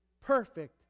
perfect